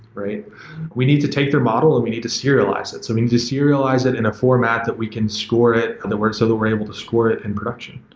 we need to take their model and we need to serialize it. so we need to serialize it in a format that we can score it, and that works, ah that we're able to score it in production.